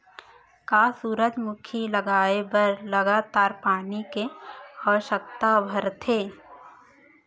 का सूरजमुखी उगाए बर लगातार पानी के आवश्यकता भरथे?